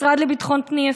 המשרד לביטחון פנים,